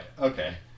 okay